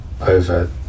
over